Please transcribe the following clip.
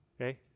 Okay